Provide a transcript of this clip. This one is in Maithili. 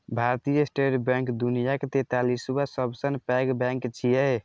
भारतीय स्टेट बैंक दुनियाक तैंतालिसवां सबसं पैघ बैंक छियै